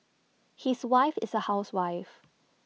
his wife is A housewife